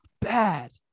bad